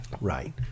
right